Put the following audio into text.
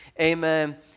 Amen